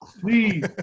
Please